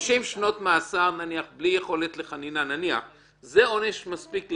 שנות מאסר בלי יכולת לחנינה זה עונש מספיק לרצח,